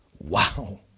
Wow